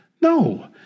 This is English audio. No